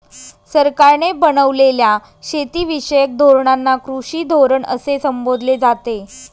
सरकारने बनवलेल्या शेतीविषयक धोरणांना कृषी धोरण असे संबोधले जाते